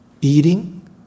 Eating